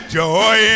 joy